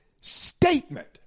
statement